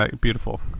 beautiful